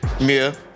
Mia